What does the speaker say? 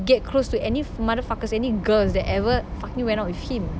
get close to any motherfuckers any girls that ever fucking went out with him